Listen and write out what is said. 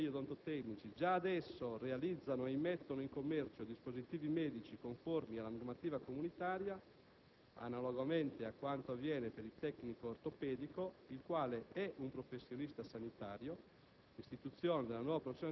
Va evidenziato che poiché gli odontotecnici già adesso realizzano e immettono in commercio dispositivi medici conformi alla normativa comunitaria, analogamente a quanto avviene per il tecnico ortopedico, il quale è un professionista sanitario,